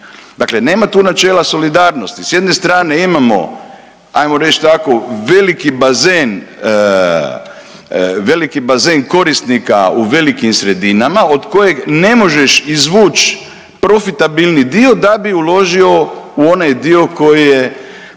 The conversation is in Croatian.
Dakle nema tu načela solidarnosti, s jedne strane imamo, ajmo reći tako, veliki bazen, veliki bazen korisnika u velikim sredinama od kojeg ne možeš izvući profitabilni dio da bi uložio u onaj dio koji je